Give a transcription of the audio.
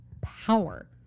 power